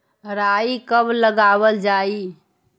राई कब लगावल जाई?